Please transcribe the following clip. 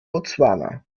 botswana